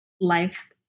life